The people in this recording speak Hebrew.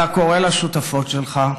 אתה קורא לשותפות שלך,